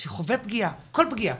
שחווה פגיעה, כל פגיעה,